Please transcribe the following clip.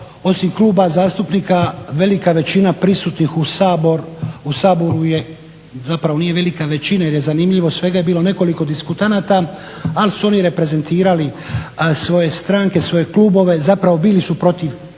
osim kluba zastupnika velika većina prisutnih u Saboru je, zapravo nije velika većina jer je zanimljivo svega je bilo nekoliko diskutanata, ali su oni reprezentirali svoje stranke, svoje klubove. Zapravo bili su protiv